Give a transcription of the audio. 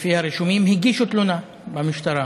לפי הרישומים הגישו תלונה במשטרה